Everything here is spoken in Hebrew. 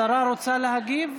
השרה רוצה להגיב?